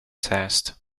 test